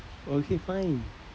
okay fine